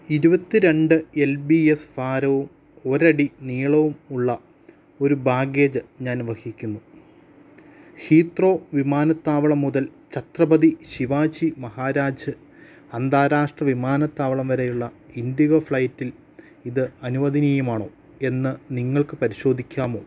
ഇരുപത്തി രണ്ട് L B S ഭാരവും ഒരടി നീളവും ഉള്ള ഒരു ബാഗേജ് ഞാൻ വഹിക്കുന്നു ഹീത്രോ വിമാനത്താവളം മുതൽ ഛത്രപതി ശിവാജി മഹാരാജ് അന്താരാഷ്ട്ര വിമാനത്താവളം വരെയുള്ള ഇൻഡിഗോ ഫ്ളൈറ്റിൽ ഇത് അനുവദനീയമാണോ എന്ന് നിങ്ങൾക്ക് പരിശോധിക്കാമോ